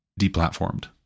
deplatformed